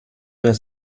was